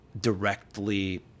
directly